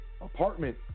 apartment